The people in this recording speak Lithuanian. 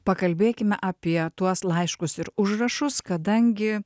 pakalbėkime apie tuos laiškus ir užrašus kadangi